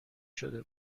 شده